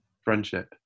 friendship